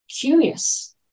curious